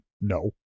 No